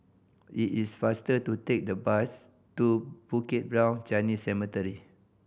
it is faster to take the bus to Bukit Brown Chinese Cemetery